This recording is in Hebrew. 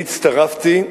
אני הצטרפתי,